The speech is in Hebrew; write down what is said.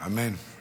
אמן, אמן.